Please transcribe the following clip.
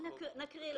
כן.